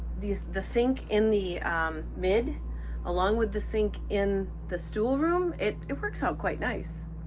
these, the sink in the mid along with the sink in the stool room, it it works out quite nice.